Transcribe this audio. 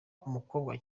umukobwa